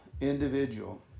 individual